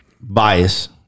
Bias